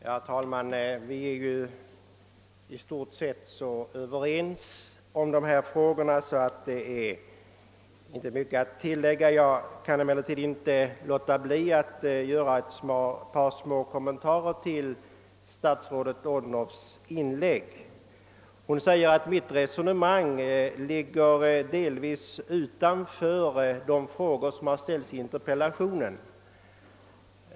Herr talman! Vi är ju i stort sett överens om dessa frågor, och det är därför inte mycket att tillägga. Jag kan emellertid inte låta bli att göra ett par små kommentarer till statsrådet Odhnoffs inlägg. Statsrådet säger att mitt resonemang delvis går utanför de frågor som jag ställt i interpellationen.